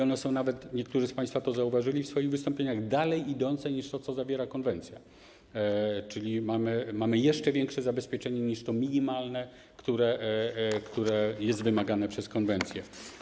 One są nawet, niektórzy z państwa to zauważyli w swoich wystąpieniach, dalej idące niż to, co zawiera konwencja, czyli mamy jeszcze większe zabezpieczenie niż to minimalne, które jest wymagane przez konwencję.